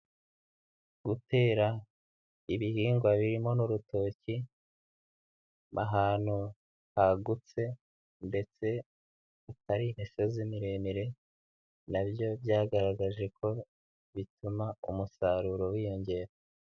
Gutera ibihingwa birimo n'urutoki ahantu hagutse ndetse hatari imisozi miremire na byo byagaragaje ko bituma umusaruro wiyongera.